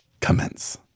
commence